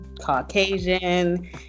Caucasian